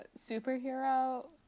superhero